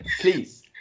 please